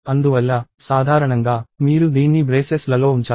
అందువల్ల సాధారణంగా మీరు దీన్ని బ్రేసెస్ లలో ఉంచాలి